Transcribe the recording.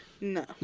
no